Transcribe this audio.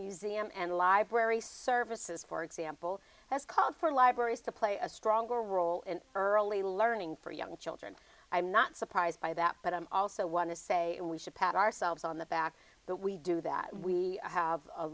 museum and library services for example has called for libraries to play a stronger role in early learning for young children i'm not surprised by that but i also want to say we should pat ourselves on the back that we do that we have a